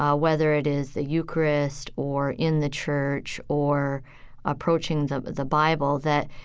ah whether it is the eucharist or in the church, or approaching the the bible, that,